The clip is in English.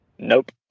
Nope